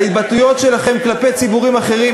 ההתבטאויות שלכם כלפי ציבורים אחרים,